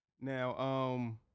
Now